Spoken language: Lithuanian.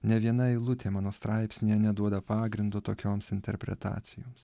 nė viena eilutė mano straipsnyje neduoda pagrindo tokioms interpretacijoms